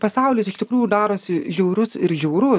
pasaulis iš tikrųjų darosi žiaurus ir žiauru